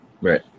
Right